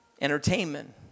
entertainment